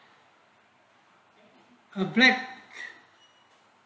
a black